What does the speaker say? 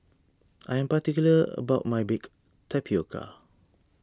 I am particular about my Baked Tapioca